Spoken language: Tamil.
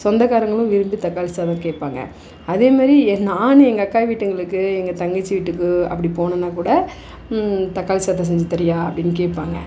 சொந்தக்காரங்களும் விரும்பி தக்காளி சாதம் கேட்பாங்க அதே மாரி நானும் எங்கள் அக்கா வீட்டுங்களுக்கு எங்கள் தங்கச்சி வீட்டுக்கு அப்படி போனேனால் கூட தக்காளி சாதம் செஞ்சு தரீயா அப்படின்னு கேட்பாங்க